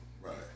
right